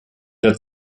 der